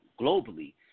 globally